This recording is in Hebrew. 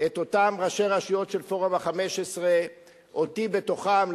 את אותם ראשי רשויות של פורום ה-15 ואותי בתוכם.